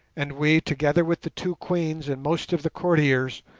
and we, together with the two queens and most of the courtiers,